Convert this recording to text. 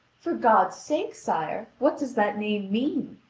for god's sake, sir, what does that name mean?